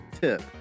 tip